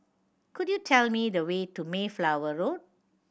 could you tell me the way to Mayflower Road